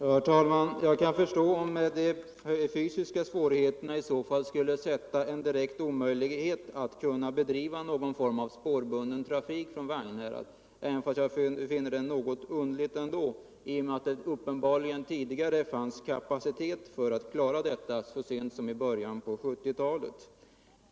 Herr talman! Jag kan förstå om de fysiska svårigheterna i så fall skulle göra det till en direkt omöjlighet att bedriva någon form av spårbunden trafik från Vagnhärad, men jag finner det ändå något underligt, eftersom det tidigare — uppenbarligen så sent som i början på 1970-talet — fanns kapacitet för att klara detta.